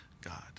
God